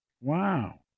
Wow